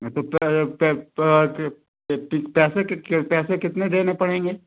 हाँ तो फिर पैसे कितने देने पड़ेंगे